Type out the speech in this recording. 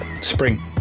spring